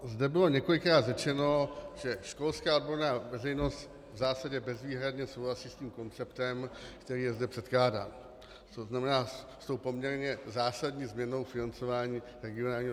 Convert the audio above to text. Zde bylo několikrát řečeno, že školská odborná veřejnost v zásadě bezvýhradně souhlasí s tím konceptem, který je zde předkládán, to znamená s tou poměrně zásadní změnou financování regionálního školství.